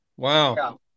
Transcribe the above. Wow